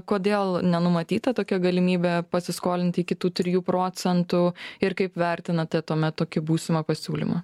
kodėl nenumatyta tokia galimybė pasiskolinti iki tų trijų procentų ir kaip vertinate tuomet tokį būsimą pasiūlymą